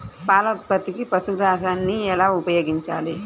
పాల ఉత్పత్తికి పశుగ్రాసాన్ని ఎలా ఉపయోగించాలి?